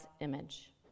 image